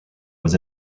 was